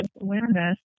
awareness